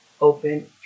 open